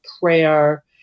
prayer